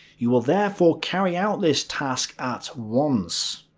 you will therefore carry out this task at once.